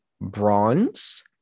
bronze